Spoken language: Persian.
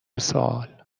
سوال